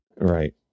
Right